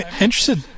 interested